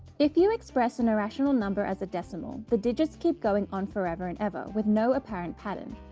if you express an irrational number as a decimal the digits keep going on forever and ever with no apparent pattern.